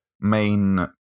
main